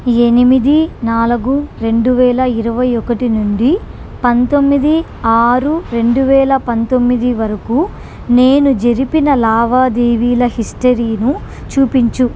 ఎనిమిది నాలుగు రెండు వేల ఇరవై ఒకటి నుండి పంతొమ్మిది ఆరు రెండు వేల పంతొమ్మిది వరకు నేను జరిపిన లావాదేవీల హిస్టరీను చూపించుము